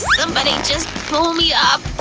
somebody just pull me up.